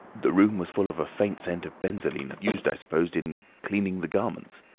the room was full of a faint scent of benzoline, used, i suppose, in cleaning the garments.